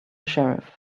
sheriff